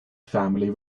family